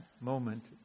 moment